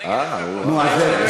משהו בחיים, אתה יודע, אורן.